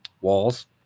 walls